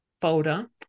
folder